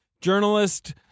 Journalist